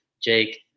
jake